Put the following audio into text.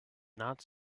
not